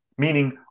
meaning